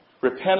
Repent